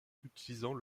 utilisant